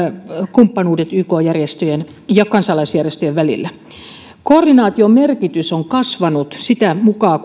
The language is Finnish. kumppanuudet yk järjestöjen ja kansalaisjärjestöjen välillä koordinaation merkitys on kasvanut sitä mukaa